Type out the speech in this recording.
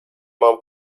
mam